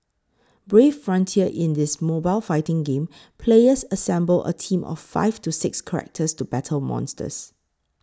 Brave Frontier In this mobile fighting game players assemble a team of five to six characters to battle monsters